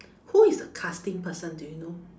who is the casting person do you know